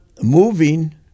moving